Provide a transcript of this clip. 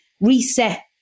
reset